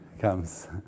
Comes